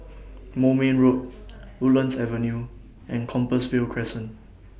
Moulmein Road Woodlands Avenue and Compassvale Crescent